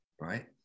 right